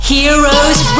Heroes